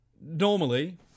Normally